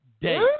day